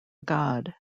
god